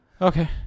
Okay